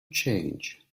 change